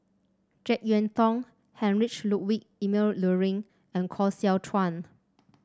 JeK Yeun Thong Heinrich Ludwig Emil Luering and Koh Seow Chuan